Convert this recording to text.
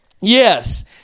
Yes